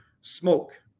smoke